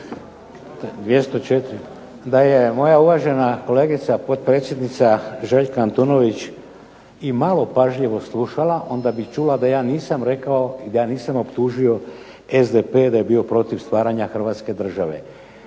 204. da je moja uvažena kolegica potpredsjednica Željka Antunović i malo pažljivo slušala, onda bi čula da ja nisam optužio SDP da je bio protiv stvaranja Hrvatske države.